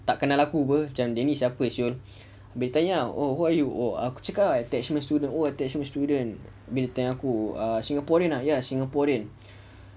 tak kenal aku [pe] macam dia ni siapa [siol] abeh tanya oh who are you aku cakap attachment student oh attachment student abeh dia tanya aku err singaporean ah ya singaporean